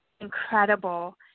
incredible